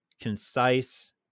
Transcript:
concise